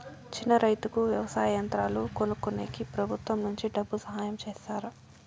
చిన్న రైతుకు వ్యవసాయ యంత్రాలు కొనుక్కునేకి ప్రభుత్వం నుంచి డబ్బు సహాయం చేస్తారా?